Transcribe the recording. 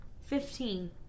Fifteen